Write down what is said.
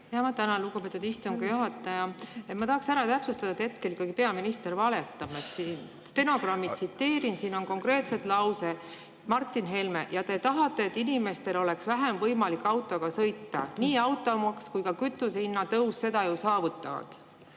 Ma tänan, lugupeetud istungi juhataja! Ma tahaks täpsustada, et hetkel ikkagi peaminister valetab. Stenogrammi tsiteerin. Siin on konkreetselt lause Martin Helmelt: "Ja te tahate, et inimestel oleks vähem võimalik autoga sõita. Nii automaks kui ka kütuse hinna tõus seda ju saavutavad."